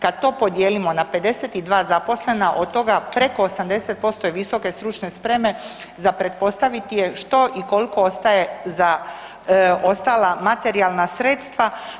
Kada to podijelimo na 52 zaposlena, od toga preko 80% je visoke stručne spreme za pretpostaviti je što i koliko ostaje za ostala materijalna sredstva.